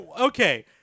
Okay